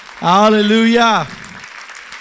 Hallelujah